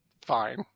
fine